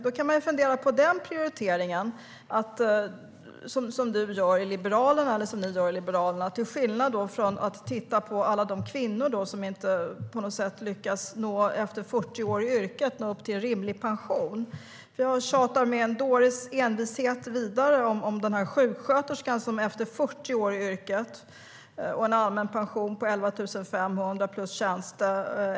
Då kan man fundera på den prioritering som ni gör i Liberalerna, till skillnad från att titta på alla kvinnor som efter 40 år i sitt yrke inte når en rimlig pension. Jag tjatar med en dåres envishet om sjuksköterskan som efter 40 år i yrket får en allmän pension på 11 500 kronor plus tjänstepension.